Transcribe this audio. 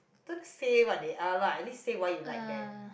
don't say what they are lah at least say why you like them